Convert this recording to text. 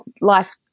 life